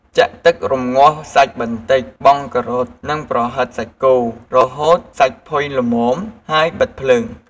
ចាក់ទឹករំងាស់សាច់បន្តិច បង់ការ៉ុត និងប្រហិតសាច់គោ រហូតសាច់ផុយល្មម ហើយបិទភ្លើង។